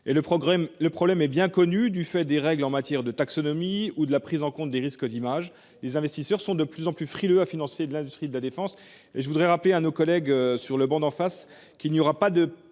Le problème est bien connu : du fait des règles en matière de taxonomie ou de la prise en compte des risques en termes d’image, les investisseurs sont de plus en plus frileux à financer l’industrie de la défense. Je voudrais rappeler à nos collègues qui siègent sur les travées opposées qu’il n’y aura pas de